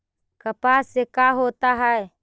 कपास से का होता है?